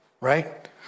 right